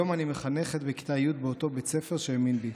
היום אני מחנכת בכיתה י' באותו בית ספר שהאמין בי.